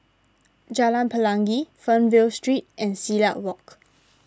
Jalan Pelangi Fernvale Street and Silat Walk